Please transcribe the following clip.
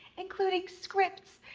including scripts,